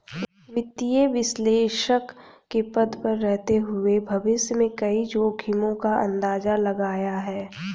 वित्तीय विश्लेषक के पद पर रहते हुए भविष्य में कई जोखिमो का अंदाज़ा लगाया है